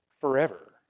forever